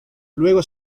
luego